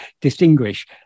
distinguish